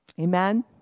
Amen